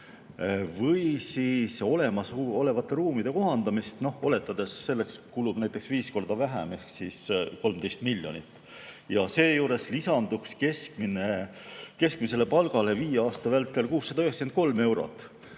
või olemasolevate ruumide kohandamist, oletades, et selleks kulub näiteks viis korda vähem ehk 13 miljonit, ja seejuures lisanduks keskmisele palgale viie aasta vältel 693 eurot,